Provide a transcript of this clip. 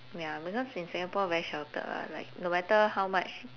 ya because in singapore very sheltered lah what like no matter how much